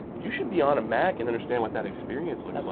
you should be on a mac and understand what that experience looks like.